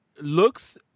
Looks